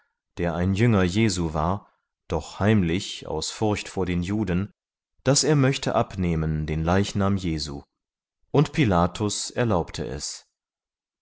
der ein jünger jesu war doch heimlich aus furcht vor den juden daß er möchte abnehmen den leichnam jesu und pilatus erlaubte es